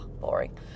boring